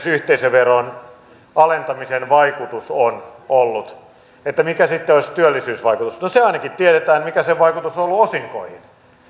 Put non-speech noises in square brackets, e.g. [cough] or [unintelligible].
[unintelligible] yhteisöveron alentamisen vaikutus on ollut mikä sitten olisi työllisyysvaikutus niin se ainakin tiedetään mikä sen vaikutus on ollut osinkoihin